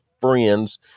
friends